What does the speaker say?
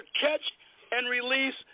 catch-and-release